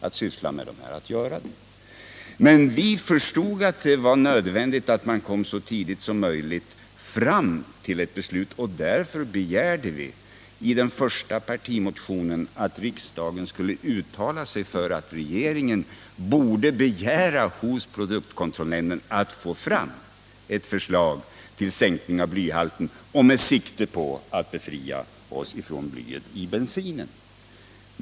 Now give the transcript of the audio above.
Vi socialdemokrater förstod emellertid att det var nödvändigt att så tidigt som möjligt komma fram till ett beslut, och därför begärde vi i den första partimotionen att riksdagen skulle uttala sig för att regeringen borde begära hos produktkontrollnämnden att få fram ett förslag till sänkning av blyhalten med sikte på att helt befria oss från bly i bensinen.